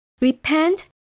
Repent